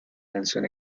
canción